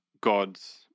God's